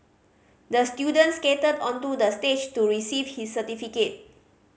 the student skated onto the stage to receive his certificate